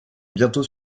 bientôt